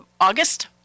August